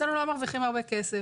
אצלנו לא מרוויחים הרבה כסף,